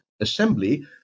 Assembly